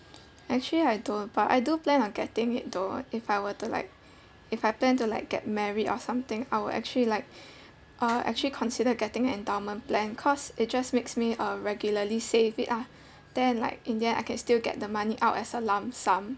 actually I don't but I do plan on getting it though if I were to like if I plan to like get married or something I would actually like uh actually consider getting endowment plan cause it just makes me uh regularly save it ah then like in the end I can still get money out as a lump sum